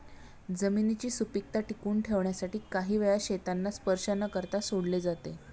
जमिनीची सुपीकता टिकवून ठेवण्यासाठी काही वेळा शेतांना स्पर्श न करता सोडले जाते